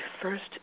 first